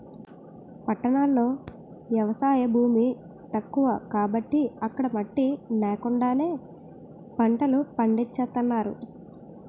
పట్టణాల్లో ఎవసాయ భూమి తక్కువ కాబట్టి అక్కడ మట్టి నేకండానే పంటలు పండించేత్తన్నారు